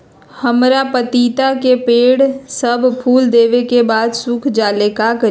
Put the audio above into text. हमरा पतिता के पेड़ सब फुल देबे के बाद सुख जाले का करी?